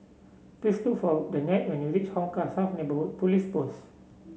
please look for Danette when you reach Hong Kah South Neighbourhood Police Post